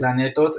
פלנטות,